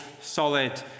solid